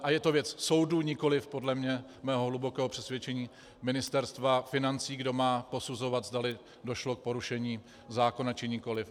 A je to věc soudů, nikoli podle mého hlubokého přesvědčení Ministerstva financí, kdo má posuzovat, zda došlo k porušení zákona, či nikoli.